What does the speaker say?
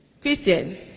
Christian